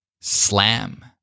Slam